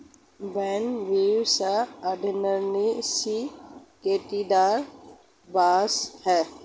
Bambusa arundinacea काँटेदार बाँस है